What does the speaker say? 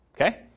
Okay